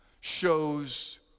shows